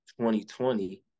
2020